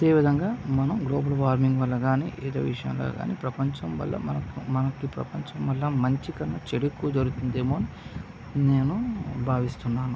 అంతే విధంగా మనం గ్లోబల్ వార్మింగ్ వల్ల కానీ ఏదో విషయంలో కానీ ప్రపంచం వల్ల మనకు మంచి కన్నా చెడు ఎక్కువగా జరుగుతుందేమో అని నేను భావిస్తున్నాను